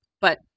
But-